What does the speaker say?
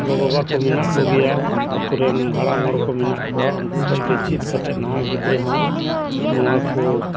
ᱜᱚ ᱵᱟᱵᱟ ᱠᱚ ᱢᱮᱱᱟᱜ ᱠᱚ ᱜᱮᱭᱟ ᱟᱛᱳ ᱨᱮᱱ ᱦᱟᱲᱟᱢ ᱦᱚᱲᱠᱚ ᱢᱮᱱᱟᱜ ᱠᱚᱣᱟ ᱩᱱᱠᱩ ᱠᱚ ᱴᱷᱮᱱ ᱪᱤᱫ ᱠᱟᱛᱮᱫ ᱱᱟᱦᱟᱜ ᱜᱤᱫᱽᱨᱟᱹ ᱦᱚᱸ ᱱᱚᱣᱟᱠᱚ